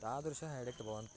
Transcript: तादृशः एडिक्ट् भवन्ति